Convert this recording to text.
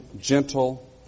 gentle